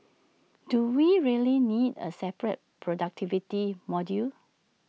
do we really need A separate productivity module